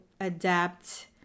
adapt